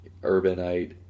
urbanite